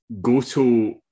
Goto